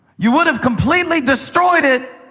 you would have completely destroyed it.